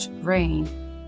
rain